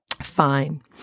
fine